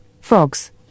frogs